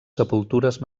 sepultures